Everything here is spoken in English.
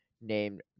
named